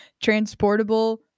transportable